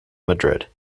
madrid